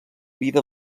vida